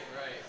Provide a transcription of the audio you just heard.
right